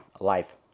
life